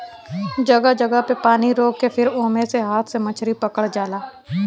जगह जगह पे पानी रोक के फिर ओमे से हाथ से मछरी पकड़ल जाला